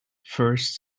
first